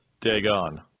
Dagon